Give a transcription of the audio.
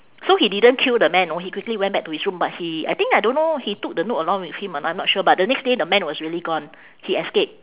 so he didn't kill the man know he quickly went back to his room but he I think I don't know he took the note along with him or I'm not sure but the next day the man was really gone he escape